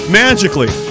magically